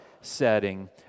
setting